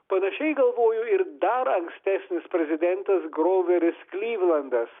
panašiai galvojo ir dar ankstesnis prezidentas groveris klyvlandas